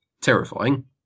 terrifying